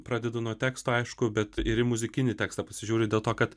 pradedu nuo teksto aišku bet ir į muzikinį tekstą pasižiūri dėl to kad